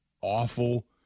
awful